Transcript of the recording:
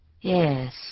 Yes